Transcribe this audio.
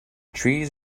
trees